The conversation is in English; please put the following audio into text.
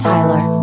Tyler